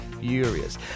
furious